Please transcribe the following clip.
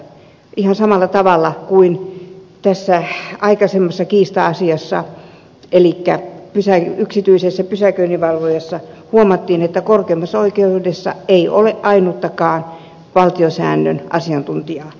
ihan samalla tavalla tässä aikaisemmassa kiista asiassa elikkä yksityisessä pysäköinninvalvonnassa huomattiin että korkeimmassa oikeudessa ei ole ainuttakaan valtiosäännön asiantuntijaa